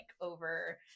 over